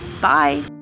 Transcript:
Bye